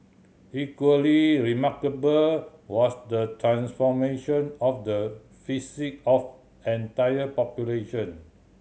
equally remarkable was the transformation of the psyche of entire population